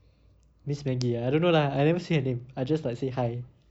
miss maggie ah I don't know lah I never say her name I just like say hi